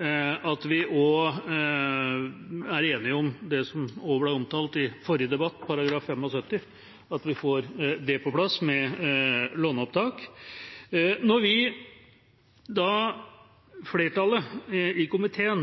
Vi er også enige om det som også ble omtalt i forrige debatt, angående § 75, at vi får på plass dette med låneopptak. Når vi, flertallet i komiteen,